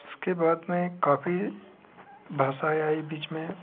उसके बाद में काफी भाषाएँ आईं बीच में